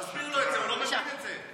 תסביר לו את זה, הוא לא מבין את זה.